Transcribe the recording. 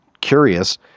curious